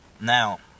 now